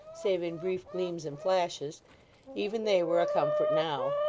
save in brief gleams and flashes even they were a comfort now.